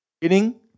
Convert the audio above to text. Beginning